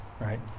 right